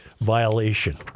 violation